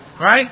right